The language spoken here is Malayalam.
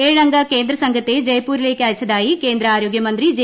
ഏഴ് അംഗ കേന്ദ്ര സംഘത്തെ ജയ്പൂരിലേക്ക് അയച്ചതായി കേന്ദ്ര ആരോഗ്യ മന്ത്രി ജെ